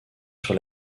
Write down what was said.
sur